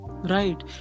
right